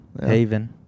Haven